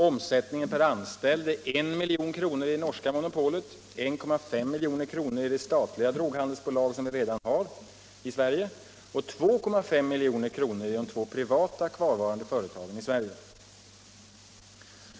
Omsättningen per anställd är 1 milj.kr. i det norska monopolet, 1,5 milj.kr. i det statliga droghandelsbolag vi redan har i Sverige och 2,5 milj.kr. i de två privata kvarvarande företagen i Sverige.